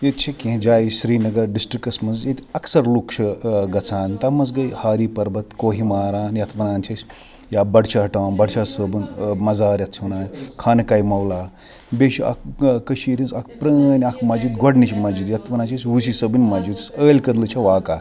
ییٚتہِ چھِ کینٛہہ جایہٕ سِریٖنگر ڈِسٹِرکَس منٛز ییٚتہِ اکثَر لُکھ چھِ گَژھان تَتھ منٛز گٔے ہاری پَربت کوہی ماران یَتھ وَنان چھِ أسۍ یا بَڈشاہ ٹامب بَڈشاہ صٲبُن مَزار یَتھ چھِ أسۍ وَنان خانہٕ کاہہِ مولا بیٚیہِ چھُ اَکھ کٔشیٖرِ ہِنٛز اَکھ پرٲنۍ اَکھ مَسجِد گۄڈنِچ مَسجِد یَتھ وَنان چھِ أسۍ وُسی صٲبٕنۍ مَسجِد یۄس عٲلۍ کَدلہٕ چھِ واقعہ